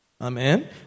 Amen